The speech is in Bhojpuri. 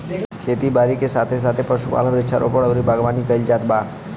खेती बारी के साथे साथे पशुपालन, वृक्षारोपण अउरी बागवानी कईल जात बा